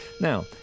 Now